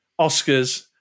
Oscars –